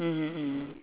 mmhmm mmhmm